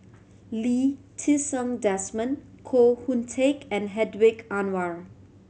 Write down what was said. Lee Ti Seng Desmond Koh Hoon Teck and Hedwig Anuar